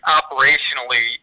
operationally